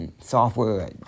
software